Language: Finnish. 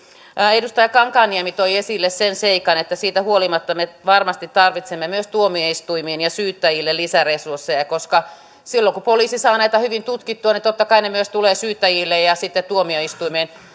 edustaja kankaanniemi toi esille sen seikan että siitä huolimatta me varmasti tarvitsemme myös tuomioistuimiin ja syyttäjille lisäresursseja koska silloin kun poliisi saa näitä hyvin tutkittua niin totta kai ne myös tulevat syyttäjille ja sitten tuomioistuimiin